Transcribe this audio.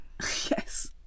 yes